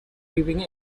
living